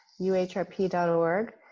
Uhrp.org